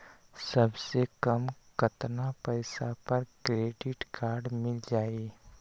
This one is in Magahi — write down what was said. सबसे कम कतना पैसा पर क्रेडिट काड मिल जाई?